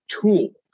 tool